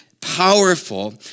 powerful